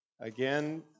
again